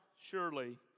surely